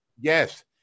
Yes